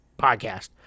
podcast